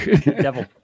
Devil